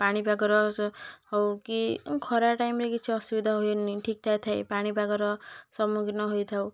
ପାଣିପାଗର ହଉ କି ଏବଂ ଖରା ଟାଇମ୍ରେ କିଛି ଅସୁବିଧା ହୁଏନି ଠିକ୍ଠାକ୍ ଥାଏ ପାଣିପାଗର ସମ୍ମୁଖୀନ ହୋଇଥାଉ